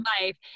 life